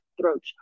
throat